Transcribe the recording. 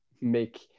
make